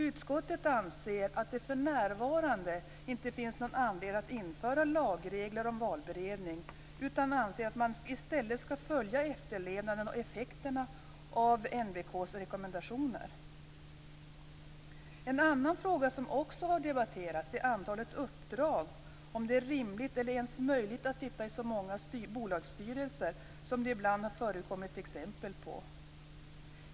Utskottet anser att det för närvarande inte finns någon anledning att införa lagregler om valberedning, utan anser att man i stället skall följa efterlevnaden och effekterna av NBK:s rekommendationer. En annan fråga som också har debatterats är antalet uppdrag, om det är rimligt eller ens möjligt att sitta i så många bolagsstyrelser som det ibland har förekommit exempel på.